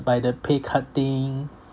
by the pay cutting